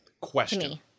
Question